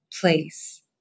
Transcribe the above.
place